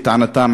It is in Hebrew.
לטענתם,